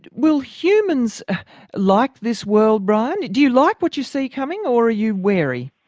will humans like this world, brian? do you like what you see coming, or are you wary?